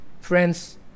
friends